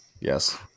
Yes